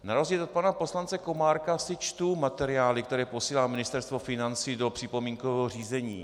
Na rozdíl od pana poslance Komárka si čtu materiály, které posílá Ministerstvo financí do připomínkového řízení.